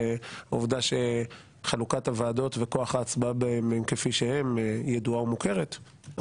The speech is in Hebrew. ועובדה שחלוקת הוועדות וכוח ההצבעה בהן הן כפי שהן ידועה ומוכרת,